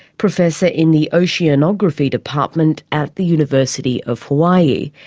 professor in the oceanography department at the university of hawaii.